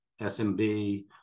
SMB